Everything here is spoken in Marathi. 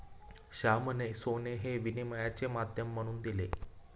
श्यामाने सोने हे विनिमयाचे माध्यम म्हणून दिले